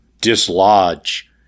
dislodge